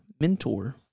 mentor